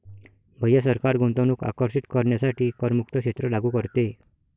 भैया सरकार गुंतवणूक आकर्षित करण्यासाठी करमुक्त क्षेत्र लागू करते